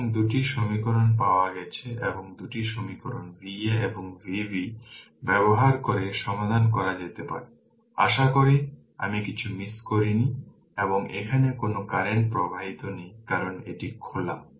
সুতরাং 2টি সমীকরণ পাওয়া গেছে এবং 2টি সমীকরণ Va এবং Vb ব্যবহার করে সমাধান করা যেতে পারে আশা করি আমি কিছু মিস করিনি এবং এখানে কোন কারেন্ট প্রবাহিত নেই কারণ এটি খোলা